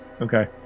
Okay